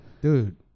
dude